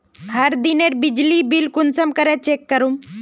हर दिनेर बिजली बिल कुंसम करे चेक करूम?